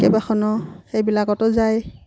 কেইবাখনো সেইবিলাকতো যায়